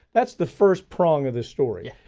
that's the first prong of this story.